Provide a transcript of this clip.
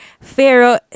pharaoh